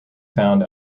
found